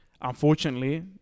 Unfortunately